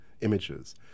images